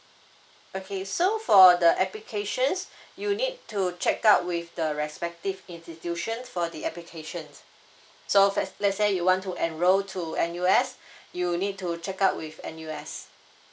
okay so for the applications you need to check out with the respective institutions for the application so first let's say you want to enroll to N_U_S you need to check out with N_U_S